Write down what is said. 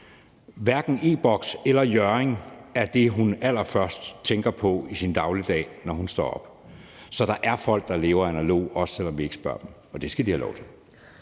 Hverken e-Boks eller Hjørring er det, hun allerførst tænker på i sin dagligdag, når hun står op. Så der er folk, der lever analogt, også selv om vi ikke spørger dem, og det skal de have lov til.